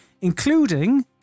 including